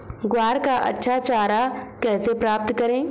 ग्वार का अच्छा चारा कैसे प्राप्त करें?